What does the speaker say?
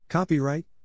Copyright